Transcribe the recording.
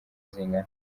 zingana